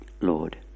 Lord